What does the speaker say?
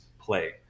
play